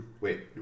Wait